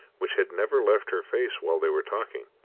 which had never left her face while they were talking,